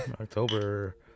October